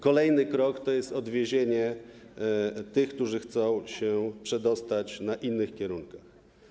Kolejny krok to jest odwiezienie tych, którzy chcą się przedostać w innych kierunkach.